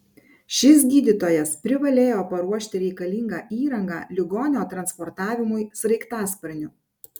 šis gydytojas privalėjo paruošti reikalingą įrangą ligonio transportavimui sraigtasparniu